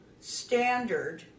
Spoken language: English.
standard